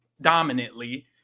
dominantly